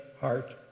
heart